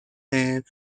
man